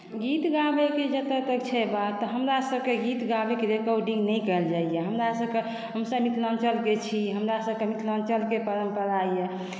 गीत गाबैके जतऽ तक छै बात हमरा सभकेँ गीत गाबैके लेल रिकार्डिंग नहि कयल जाइए हमसभ मिथिलाञ्चलके छी हमरा सभकेँ मिथिलाञ्चलके परम्परा यऽ